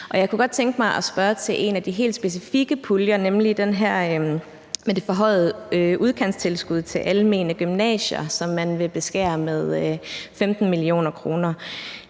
Jeg kunne godt tænke mig at spørge til en af de helt specifikke puljer, nemlig den her med det forhøjede udkantstilskud til almene gymnasier, som man vil beskære med 15 mio. kr.